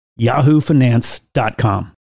yahoofinance.com